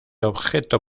objeto